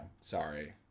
sorry